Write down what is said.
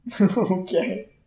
okay